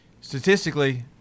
Statistically